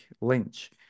Lynch